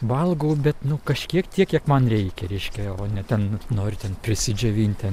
valgau bet nu kažkiek tiek kiek man reikia reiškia o ne ten nori ten prisidžiovint ten